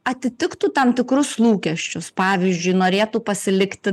atitiktų tam tikrus lūkesčius pavyzdžiui norėtų pasilikti